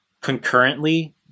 concurrently